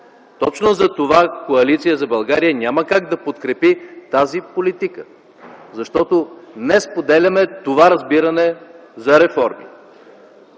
Точно затова Коалиция за България няма как да подкрепи тази политика, защото не споделяме това разбиране за реформи,